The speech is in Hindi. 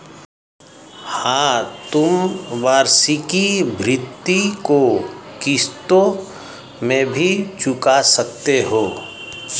हाँ, तुम वार्षिकी भृति को किश्तों में भी चुका सकते हो